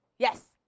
Yes